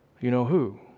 you-know-who